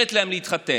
מאפשרת להם להתחתן.